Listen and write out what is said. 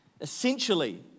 Essentially